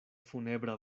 funebra